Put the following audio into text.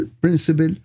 principle